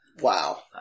Wow